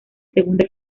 segunda